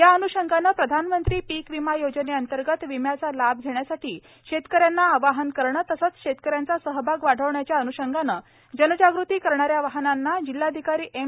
या अन्षंगाने प्रधानमंत्री पीक विमा योजनेंतर्गत विम्याचा लाभ घेण्यासाठी शेतकऱ्यांना आवाहन करणे तसेच शेतकऱ्यांचा सहभाग वाढविण्याच्या अन्षंगाने जनजाग़ती करणा या वाहनांना जिल्हाधिकारी एम